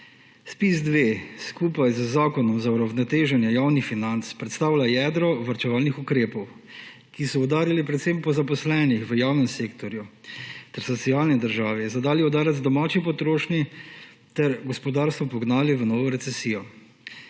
ZPIZ-2 skupaj z Zakonom za uravnoteženje javnih financ predstavlja jedro varčevalnih ukrepov, ki so udarili predvsem po zaposlenih v javnem sektorju ter socialni državi, zadali udarec domači potrošnji ter gospodarstvo pognali v novo recesijo.